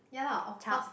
ya of course